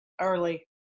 Early